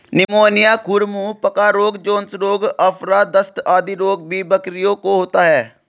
pneumonia, खुर मुँह पका रोग, जोन्स रोग, आफरा, दस्त आदि रोग भी बकरियों को होता है